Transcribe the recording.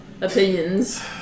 opinions